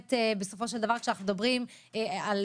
בסופו של דבר,